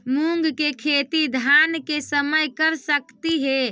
मुंग के खेती धान के समय कर सकती हे?